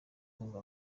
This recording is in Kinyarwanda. kumva